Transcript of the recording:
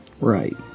Right